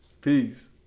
Peace